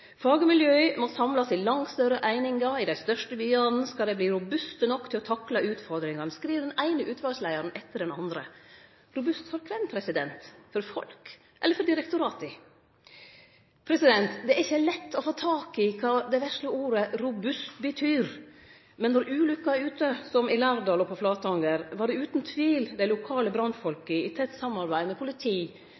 må samlast i langt større einingar i dei største byane skal dei verte robuste nok til å takle utfordringane, skriv den eine utvalsleiaren etter den andre. Robuste for kven – for folk eller for direktorata? Det er ikkje lett å få tak i kva det vesle ordet «robust» betyr, men når ulukka er ute, som i Lærdal og på Flatanger, var det utan tvil dei lokale